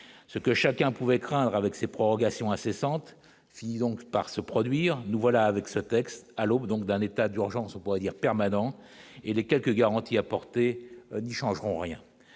ce que chacun pouvait craindre avec ses prorogation incessantes finit donc par se produire, nous voilà avec ce texte à l'aube, donc dans l'état d'urgence pourrait dire permanent et les quelques garanties apportées n'y changeront rien